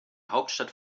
hauptstadt